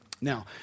Now